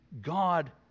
God